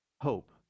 hope